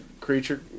creature